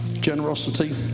Generosity